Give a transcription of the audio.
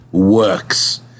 works